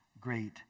great